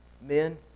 Men